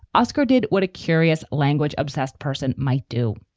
oscar did what a curious, language obsessed person might do.